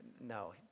no